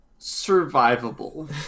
survivable